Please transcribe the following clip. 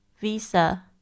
Visa